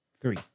Three